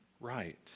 right